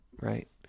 right